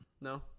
No